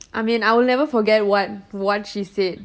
I mean I will never forget what what she said